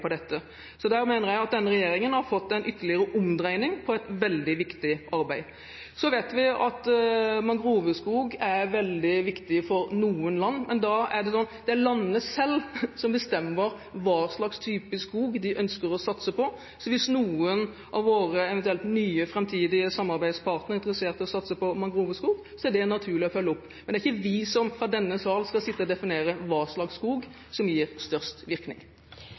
på dette. Der mener jeg at denne regjeringen har fått til en ytterligere omdreining i et veldig viktig arbeid. Vi vet at mangroveskog er veldig viktig for noen land, men det er landene selv som bestemmer hva slags type skog de ønsker å satse på. Hvis noen av våre eventuelt nye framtidige samarbeidspartnere er interessert i å satse på mangroveskog, er det naturlig å følge det opp, men det er ikke vi som fra denne sal skal definere hva slags skog som gir størst virkning.